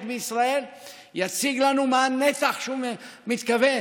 בישראל יציג לנו מה הנתח שהוא מתכוון